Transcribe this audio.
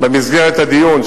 ובמסגרת הדיון,